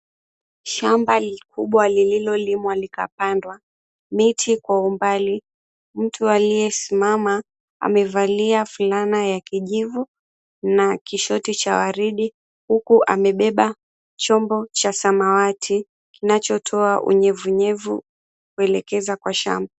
Shamba likubwa lililolimwa likapandwa miti kwa umbali. Mtu aliyesimama amevalia fulana ya kijivu na kishoti cha waridi, huku amebeba chombo cha samawati kinachotoa unyevunyevu kuelekeza kwa shamba.